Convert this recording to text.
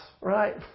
right